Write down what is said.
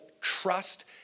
trust